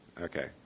Okay